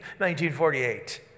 1948